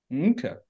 Okay